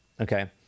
okay